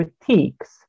critiques